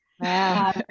Wow